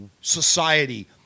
society